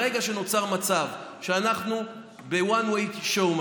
ברגע שנוצר מצב שאנחנו ב-one way show,